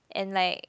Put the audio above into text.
and like